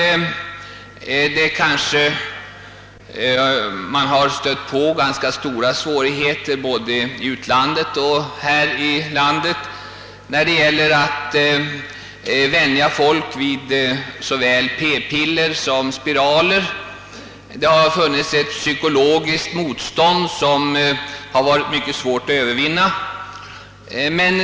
Man har stött på ganska stora svårigheter både i utlandet och här i landet när man försökt vänja människor att använda p-piller och spiraler. Det har funnits ett psykologiskt motstånd, som varit mycket svårt att övervinna.